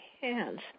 hands